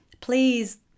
Please